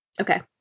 Okay